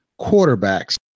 quarterbacks